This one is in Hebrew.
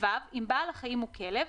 (ו)אם בעל החיים הוא כלב,